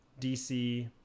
DC